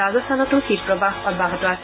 ৰাজস্থানতো শীত প্ৰৱাহ অব্যাহত আছে